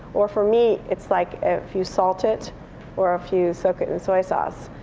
or for me it's like if you salt it or if you soak it in soy sauce.